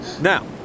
Now